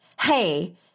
hey